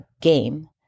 game